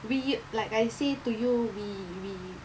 we like I say to you we we